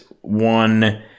one